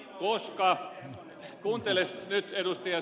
kuunnelkaas nyt ed